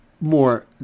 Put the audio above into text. more